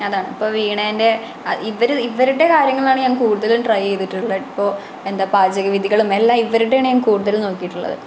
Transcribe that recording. അതാണ് ഇപ്പം വീണേൻ്റെ ഇവർ ഇവരുടെ കാര്യങ്ങളാണ് ഞാൻ കൂടുതലും ട്രൈ ചെയ്തിട്ടുള്ളത് ഇപ്പോൾ എന്താ പാചക വിധികളും എല്ലാം ഇവരുടെയാണ് ഞാൻ കൂടുതലും നോക്കിയിട്ടുള്ളത്